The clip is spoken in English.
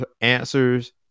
answers